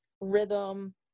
rhythm